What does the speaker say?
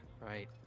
right